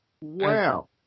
Wow